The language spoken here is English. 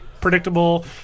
predictable